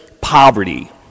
poverty